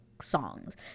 songs